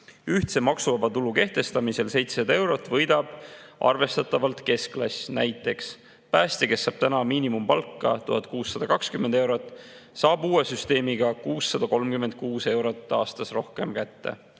Ühtse maksuvaba tulu kehtestamisel 700 eurot võidab arvestatavalt keskklass. Näiteks päästja, kes saab täna miinimumpalka 1620 eurot, saab uue süsteemiga 636 eurot aastas rohkem kätte.